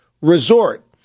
resort